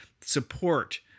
support